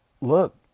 look